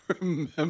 remember